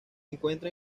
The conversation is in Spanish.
encuentra